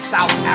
South